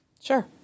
Sure